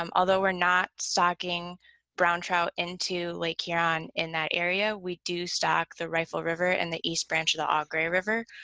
um although we're not stocking brown trout into lake huron in that area, we do stock the rifle river and the east branch of the au gres river,